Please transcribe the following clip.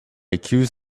accuse